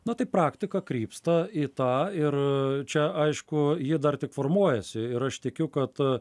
na tai praktika krypsta į tą ir čia aišku ji dar tik formuojasi ir aš tikiu kad